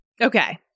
Okay